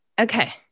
Okay